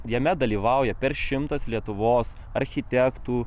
jame dalyvauja per šimtas lietuvos architektų